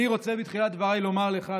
אני רוצה בתחילת דבריי לומר לך,